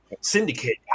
syndicate